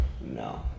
No